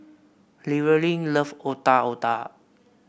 Llewellyn love Otak Otak